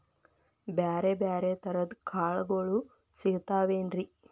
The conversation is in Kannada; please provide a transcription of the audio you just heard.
ಬ್ಯಾರೆ ಬ್ಯಾರೆ ತರದ್ ಕಾಳಗೊಳು ಸಿಗತಾವೇನ್ರಿ?